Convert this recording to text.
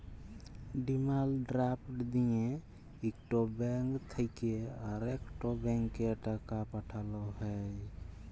demand draft দিঁয়ে ইকট bank থ্যাইকে আরেকট ব্যাংকে টাকা পাঠাল হ্যয়